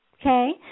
okay